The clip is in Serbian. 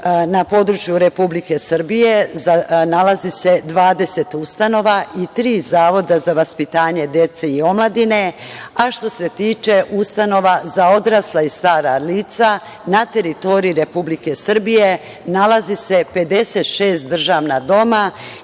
na području Republike Srbije nalazi se 20 ustanova i tri zavoda za vaspitanje dece i omladine, a što se tiče ustanova za odrasla i stara lica na teritoriji Republike Srbije nalazi se 56 državna doma